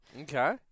Okay